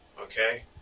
okay